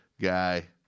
guy